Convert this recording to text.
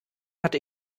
hatte